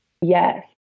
Yes